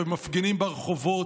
והם מפגינים ברחובות.